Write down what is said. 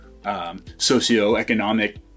socioeconomic